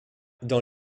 dans